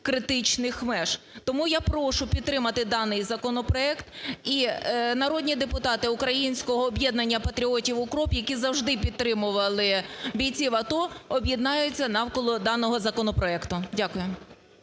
критичних меж. Тому я прошу підтримати даний законопроект. І народні депутати українського об'єднання патріотів "УКРОП", які завжди підтримували бійців АТО, об'єднаються навколо даного законопроекту. Дякую.